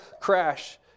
crash